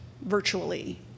virtually